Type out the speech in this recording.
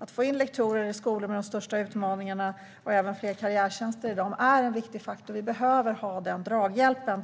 Att få in lektorer och fler karriärtjänster i skolorna med de största utmaningarna tror jag är en viktig faktor. Vi behöver ha den draghjälpen.